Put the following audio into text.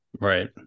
Right